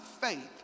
faith